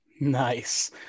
Nice